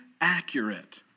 accurate